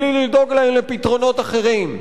בלי לדאוג להם לפתרונות אחרים.